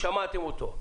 שמעתם אותו,